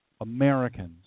Americans